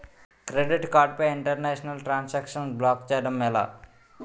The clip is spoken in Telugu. క్రెడిట్ కార్డ్ పై ఇంటర్నేషనల్ ట్రాన్ సాంక్షన్ బ్లాక్ చేయటం ఎలా?